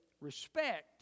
respect